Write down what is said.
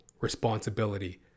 responsibility